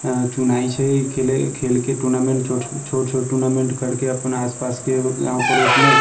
चुनाय छै खेल खेलके टूर्नामेंट छोट छोट टूर्नामेंट करके अपन आसपासके गाम पड़ोसमे